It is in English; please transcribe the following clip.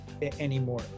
anymore